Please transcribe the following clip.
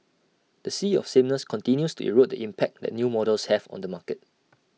the sea of sameness continues to erode the impact that new models have on the market